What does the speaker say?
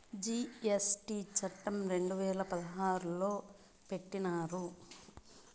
GST చట్టం రెండు వేల పదహారు సంవత్సరంలో పెట్టినారు